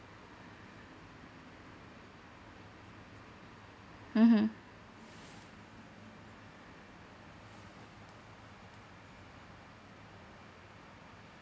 mmhmm